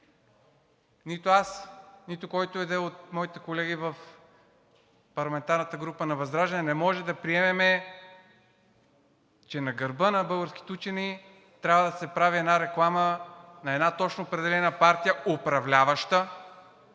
нито аз, нито който и да е от моите колеги в парламентарната група на ВЪЗРАЖДАНЕ не може да приемем, че на гърба на българските учени трябва да се прави реклама на една точно определена партия, управляваща